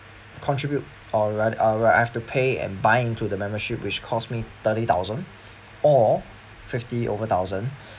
contribute or I or I have to pay and buying to the membership which cost me thirty thousand or fifty over thousand